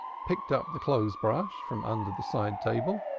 picked up the clothes-brush from under the side-table,